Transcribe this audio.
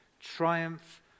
triumph